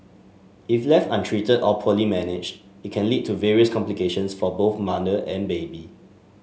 if left untreated or poorly managed it can lead to various complications for both mother and baby